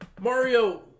Mario